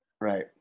Right